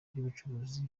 y’ubucuruzi